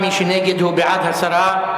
מי שנגד, הוא בעד הסרה.